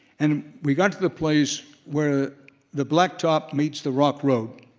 and we got to the place where the blacktop meets the rock road,